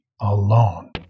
alone